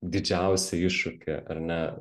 didžiausią iššūkį ar ne